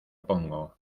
pongo